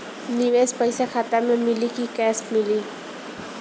निवेश पइसा खाता में मिली कि कैश मिली?